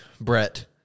Brett